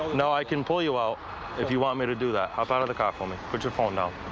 no, i can pull you out if you want me to do that. hop out of the car for me. put your phone down.